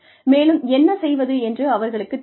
மேலும் என்ன செய்வது என்று அவர்களுக்குத் தெரியும்